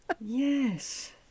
Yes